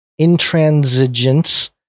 intransigence